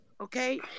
Okay